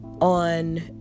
on